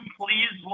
please